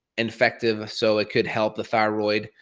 infective so it could help the thyroid?